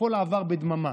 הכול עבר בדממה,